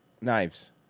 knives